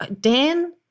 Dan